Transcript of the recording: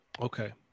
Okay